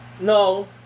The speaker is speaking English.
no